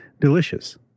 delicious